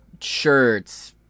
shirts